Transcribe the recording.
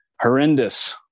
Horrendous